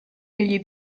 egli